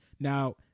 Now